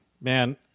Man